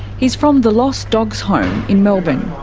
he's from the lost dogs home in melbourne.